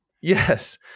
Yes